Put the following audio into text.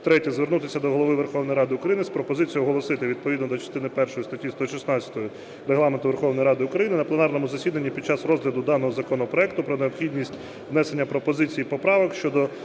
Третє. Звернутися до Голови Верховної Ради України з пропозицією оголосити відповідно до частини першої статті 116 Регламенту Верховної Ради України на пленарному засіданні під час розгляду даного законопроекту про необхідність внесення пропозицій і поправок щодо